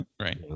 right